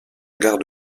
gare